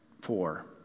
four